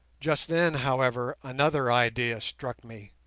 just then, however, another idea struck me,